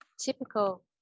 typical